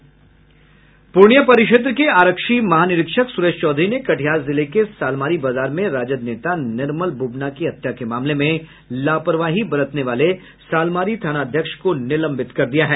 पूर्णियां परिक्षेत्र के आरक्षी महानिरीक्षक सुरेश चौधरी ने कटिहार जिले के सालमारी बाजार में राजद नेता निर्मल बुबना की हत्या के मामले में लापरवाही बरतने वाले सालमारी थानाध्यक्ष को निलंबित कर दिया है